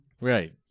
right